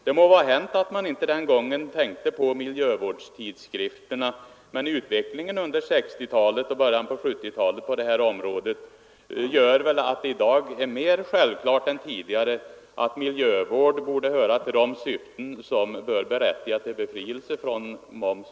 Det må vara hänt att man inte den gången författningen kom till tänkte på miljövårdstidskrifterna, men utvecklingen på detta område under 1960 och början av 1970-talet gör väl att det i dag är mer självklart än tidigare att miljövårdstidskrifter borde höra till de publikationer som blir befriade från moms.